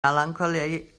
melancholy